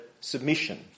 submission